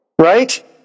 right